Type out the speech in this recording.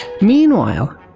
Meanwhile